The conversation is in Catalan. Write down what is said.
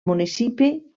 municipi